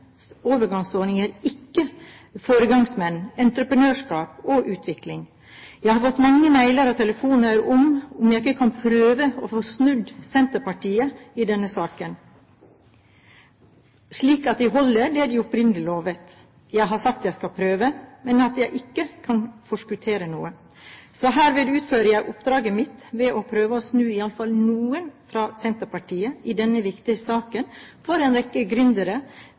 overgangsordninger ikke foregangsmenn, entreprenørskap og utvikling. Jeg har fått mange mailer og telefoner med spørsmål om jeg ikke kan prøve å få snudd Senterpartiet i denne saken, slik at de kan holde det de opprinnelig lovet. Jeg har sagt jeg skal prøve, men at jeg ikke kan forskuttere noe. Så herved utfører jeg oppdraget mitt ved å be iallfall noen fra Senterpartiet om å snu i denne viktige saken for en rekke